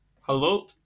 Hello